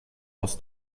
was